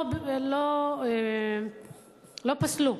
לא פסלו,